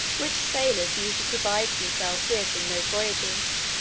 which sailors usually provide themselves with in those voyages,